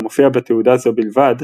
המופיע בתעודה זו בלבד,